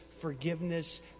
forgiveness